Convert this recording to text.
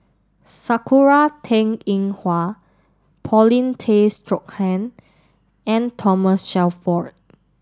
sakura Teng Ying Hua Paulin Tay Straughan and Thomas Shelford